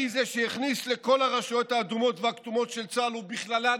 אני זה שהכניס לכל הרשויות האדומות והכתומות ובכללן